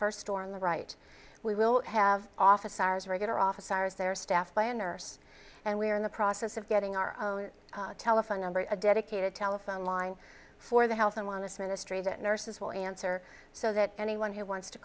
first store on the right we will have office hours regular office hours there staffed by a nurse and we are in the process of getting our own telephone number a dedicated telephone line for the health and wellness ministry that nurses will answer so that anyone who wants to